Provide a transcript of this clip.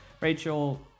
Rachel